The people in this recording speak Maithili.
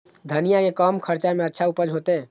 धनिया के कम खर्चा में अच्छा उपज होते?